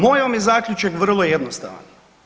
Moj vam je zaključak vrlo jednostavan.